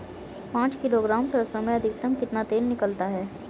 पाँच किलोग्राम सरसों में अधिकतम कितना तेल निकलता है?